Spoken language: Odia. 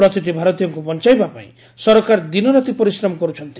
ପ୍ରତିଟି ଭାରତୀୟଙ୍କୁ ବଞାଇବା ପାଇଁ ସରକାର ଦିନ ରାତି ପରିଶ୍ରମ କରୁଛି